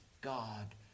God